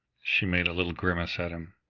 she made a little grimace at him.